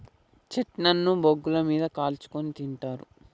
chestnut ను బొగ్గుల మీద కాల్చుకుని తింటారు